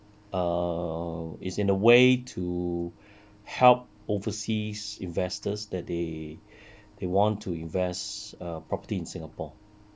err it's in a way to help overseas investors that they they want to invest uh property in singapore